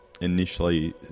initially